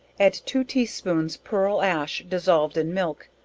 add two tea spoons pearl ash dissolved in milk,